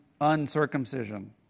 uncircumcision